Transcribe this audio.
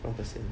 one person ah